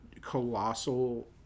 colossal